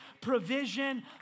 provision